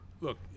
look